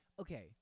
Okay